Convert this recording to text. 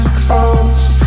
close